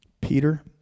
Peter